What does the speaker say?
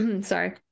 Sorry